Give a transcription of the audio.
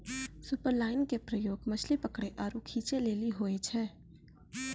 superline के प्रयोग मछली पकरै आरु खींचै लेली होय छै